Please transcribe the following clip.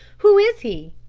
who is he?